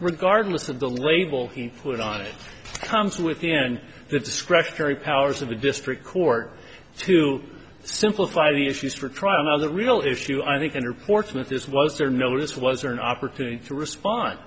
regardless of the label he put on it comes within the discretionary powers of the district court to simplify the issues for trial on the real issue i think and or portsmouth this was there notice was an opportunity to respond